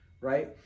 right